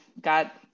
got